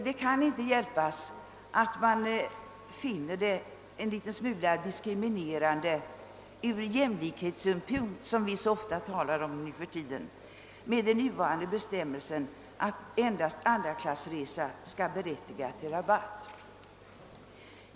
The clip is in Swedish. Det kan inte hjälpas att jag finner det litet diskriminerande och oriktigt ur jämlikhetssynpunkt, som vi så ofta talar om nu för tiden, att endast andraklassresor skall berättiga till rabatt.